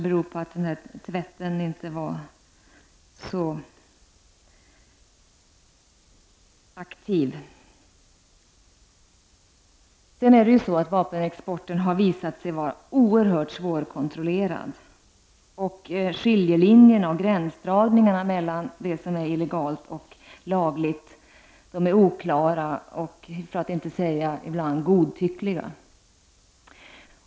Tvätten har kanske inte varit så aktiv. Vapenexporten har visat sig vara oerhört svårkontrollerad. Gränsdragningen mellan vad som är legalt och illegalt är oklar och ibland godtycklig.